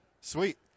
Sweet